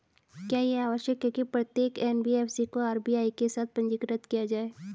क्या यह आवश्यक है कि प्रत्येक एन.बी.एफ.सी को आर.बी.आई के साथ पंजीकृत किया जाए?